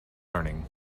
learning